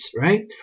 right